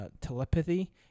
telepathy